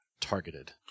targeted